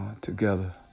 together